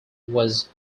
was